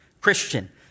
Christian